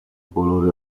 colore